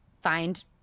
find